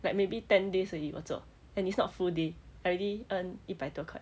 like maybe ten days only 我做 and it's not full day already earn 一百多块